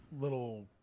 little